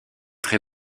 très